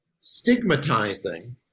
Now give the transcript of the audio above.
stigmatizing